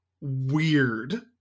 weird